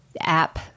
app